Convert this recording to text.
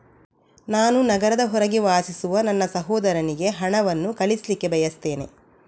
ನಾನು ನಗರದ ಹೊರಗೆ ವಾಸಿಸುವ ನನ್ನ ಸಹೋದರನಿಗೆ ಹಣವನ್ನು ಕಳಿಸ್ಲಿಕ್ಕೆ ಬಯಸ್ತೆನೆ